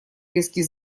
резкий